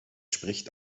spricht